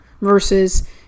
Versus